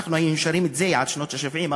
אנחנו היינו שרים את זה עד שנות ה-70,